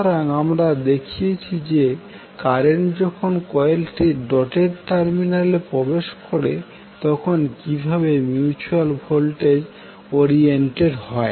সুতরাং আমরা দেখিয়েছি যে কারেন্ট যখন কয়েলটির ডটেড টার্মিনালে প্রবেশ করে তখন কীভাবে মিউচুয়াল ভোল্টেজ ওরিয়েন্টেড হয়